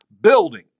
Building